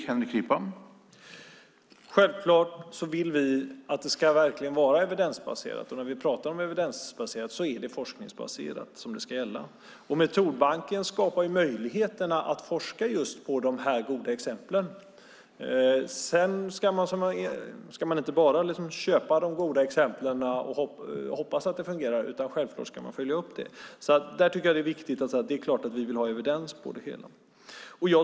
Herr talman! Självklart vill vi att det verkligen ska vara evidensbaserat, och när vi talar om evidensbaserat är det forskningsbaserat som är det som ska gälla. Metodbanken skapar möjligheter att forska på just de goda exemplen. Sedan ska man inte bara köpa de goda exemplen och hoppas att det fungerar, utan självfallet också följa upp det. Det är viktigt att säga att vi naturligtvis vill ha evidens på det hela.